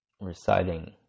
reciting